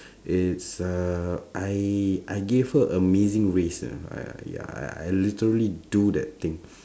it's uh I I gave her amazing race uh uh ya I I literally do that thing